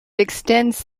extends